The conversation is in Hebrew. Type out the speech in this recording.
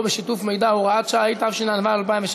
אין מתנגדים, אין נמנעים.